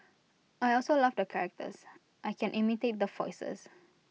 I also love the characters I can imitate the voices